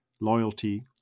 loyalty